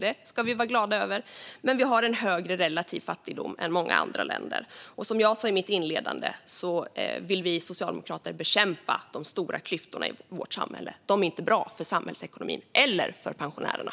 Det ska vi vara glada över. Men vi har en högre relativ fattigdom än många andra länder. Som jag sa i mitt anförande vill vi socialdemokrater bekämpa de stora klyftorna i vårt samhälle. De är inte bra för samhällsekonomin eller för pensionärerna.